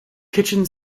kitchen